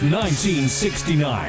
1969